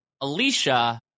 Alicia